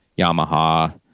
Yamaha